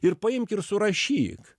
ir paimk ir surašyk